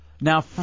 Now